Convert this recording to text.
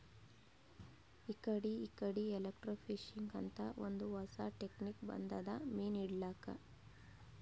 ಇಕಡಿ ಇಕಡಿ ಎಲೆಕ್ರ್ಟೋಫಿಶಿಂಗ್ ಅಂತ್ ಒಂದ್ ಹೊಸಾ ಟೆಕ್ನಿಕ್ ಬಂದದ್ ಮೀನ್ ಹಿಡ್ಲಿಕ್ಕ್